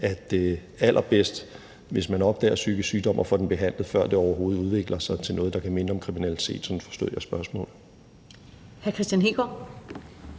at det er allerbedst, hvis man opdager psykisk sygdom og får den behandlet, før det overhovedet udvikler sig til noget, der kan minde om kriminalitet. Sådan forstod jeg spørgsmålet.